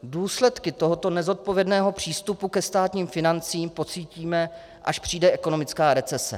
Důsledky tohoto nezodpovědného přístupu ke státním financím pocítíme, až přijde ekonomická recese.